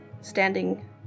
standing